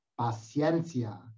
paciencia